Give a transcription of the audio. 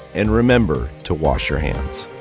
and remember to wash your hands.